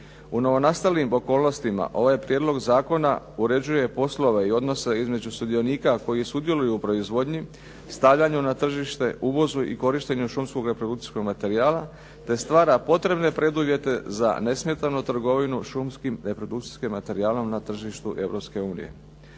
U novonastalim okolnostima, ovaj prijedlog zakona uređuje poslove i odnose između sudionika koji sudjeluju u proizvodnji, stavljanju na tržište, uvozu i korištenju šumskog reprodukcijskog materijala te stvara potrebne preduvjete za nesmetanu trgovinu šumskim reprodukcijskim materijalom na tržištu